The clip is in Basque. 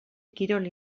kirol